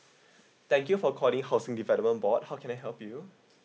thank you for calling housing development board how can I help you